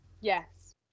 yes